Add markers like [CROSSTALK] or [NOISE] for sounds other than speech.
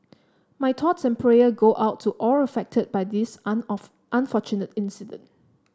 my thoughts and prayer go out to all affected by this [UNINTELLIGIBLE] unfortunate incident